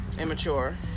immature